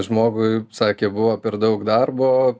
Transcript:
žmogui sakė buvo per daug darbo